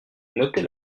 notez